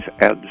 adds